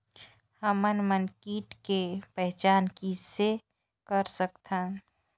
हमन मन कीट के पहचान किसे कर सकथन?